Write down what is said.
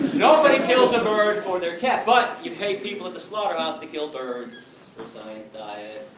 nobody kills a bird for their cat. but, you pay people at the slaughterhouse to kill birds for science diet,